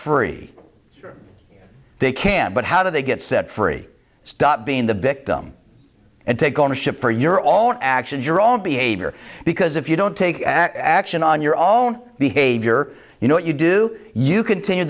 or they can but how do they get set free stop being the victim and take ownership for your all actions your own behavior because if you don't take action on your own behavior you know what you do you continue